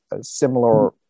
similar